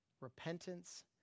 Repentance